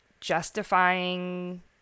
justifying